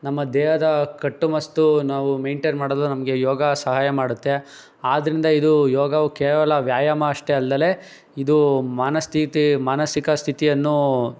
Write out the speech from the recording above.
ನಮ್ಮ ದೇಹದ ಕಟ್ಟುಮಸ್ತು ನಾವು ಮೇಂಟೇನ್ ಮಾಡಲು ನಮಗೆ ಯೋಗ ಸಹಾಯ ಮಾಡುತ್ತೆ ಆದ್ದರಿಂದ ಇದು ಯೋಗವು ಕೇವಲ ವ್ಯಾಯಾಮ ಅಷ್ಟೇ ಅಲ್ಲದಲೆ ಇದು ಮನಸ್ಥಿತಿ ಮಾನಸಿಕ ಸ್ಥಿತಿಯನ್ನು